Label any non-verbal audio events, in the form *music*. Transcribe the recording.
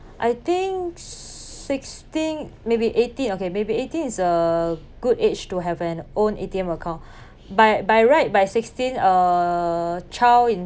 I think sixteen maybe eighteen okay maybe eighteen is a good age to have an own A_T_M account *breath* by by right by sixteen uh child in